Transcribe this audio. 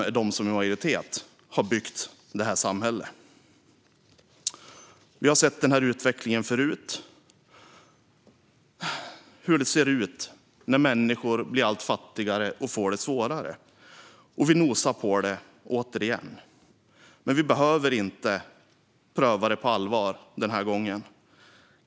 Vi har sett denna utveckling förut, när människor blir allt fattigare och får det svårare. Nu nosar vi på det igen, men vi behöver inte pröva det på allvar den här gången.